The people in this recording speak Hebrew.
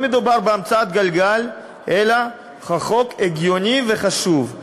לא מדובר בהמצאת גלגל אלא בחוק הגיוני וחשוב.